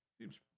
seems